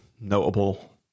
notable